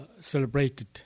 celebrated